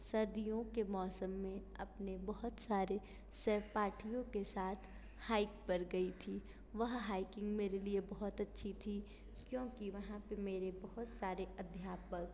सर्दियों के मौसम में अपने बहुत सारे सहपाठियों के साथ हाईक पर गई थी वह हाईकिंग मेरे लिए बहुत अच्छी थी क्योंकि वहाँ प मेरे बहुत सारे अध्यापक